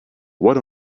what